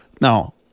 Now